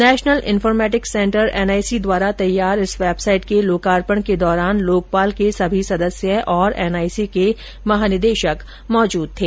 national informatics centre NIC द्वारा तैयार इस वेबसाइट के लोकार्पण के दौरान लोकपाल के सभी सदस्य और एनआईसी के महानिदेशक भी मौजूद थे